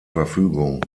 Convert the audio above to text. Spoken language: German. verfügung